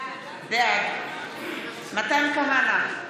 בעד מתן כהנא,